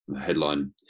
headline